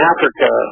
Africa